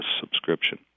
subscription